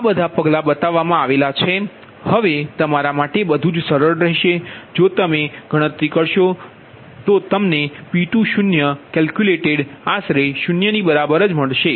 તેથી હવે તમારા માટે બધું જ સરળ રહેશે જો તમે અવેજી કરશો જો તમે તેને બદલો P20 આશરે 0 ની બરાબર હશે